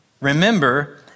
Remember